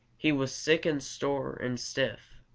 he was sick and sore and stiff.